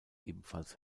ebenfalls